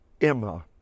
Emma